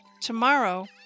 Tomorrow